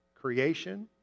Creation